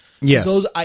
Yes